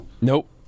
Nope